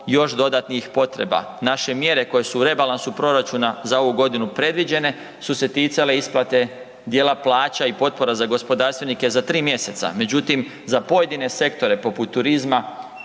još dodatnih potreba. Naše mjere koje su u rebalansu proračuna za ovu godinu predviđene su se ticale isplate dijela plaća i potpora za gospodarstvenike za 3 mjeseca. Međutim, za pojedine sektore poput turizma,